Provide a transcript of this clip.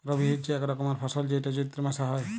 রবি হচ্যে এক রকমের ফসল যেইটা চৈত্র মাসে হ্যয়